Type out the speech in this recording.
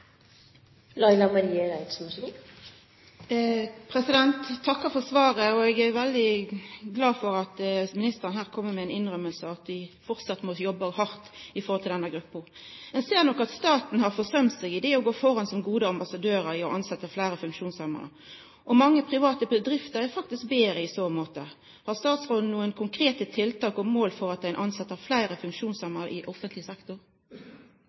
takkar for svaret, og eg er veldig glad for at ministeren her kjem med ei innrømming av at dei framleis må jobba hardt i høve til denne gruppa. Ein ser nok at staten har forsømt seg i det å gå føre som ein god ambassadør ved å tilsetja fleire funksjonshemma. Mange private bedrifter er faktisk betre i så måte. Har statsråden nokre konkrete tiltak og mål for at ein tilset fleire funksjonshemma i offentleg sektor?